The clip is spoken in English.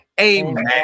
Amen